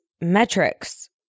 metrics